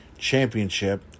championship